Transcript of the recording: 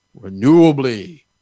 renewably